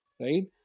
right